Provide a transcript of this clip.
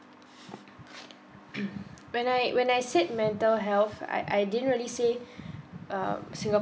when I when I said mental health I I didn't really say um singaporean